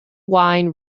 wine